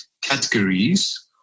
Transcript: categories